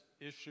issue